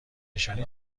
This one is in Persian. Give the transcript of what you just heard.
نشانی